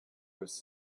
was